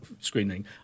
screening